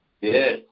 Yes